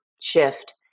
shift